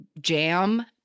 jam